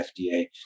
FDA